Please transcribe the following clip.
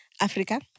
Africa